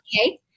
okay